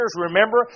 remember